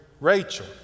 Rachel